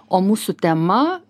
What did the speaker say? o mūsų tema